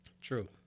True